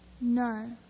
No